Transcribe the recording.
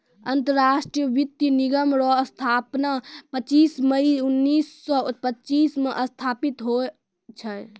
अंतरराष्ट्रीय वित्त निगम रो स्थापना पच्चीस मई उनैस सो पच्चीस मे स्थापित होल छै